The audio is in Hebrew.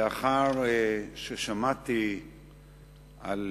לאחר ששמעתי על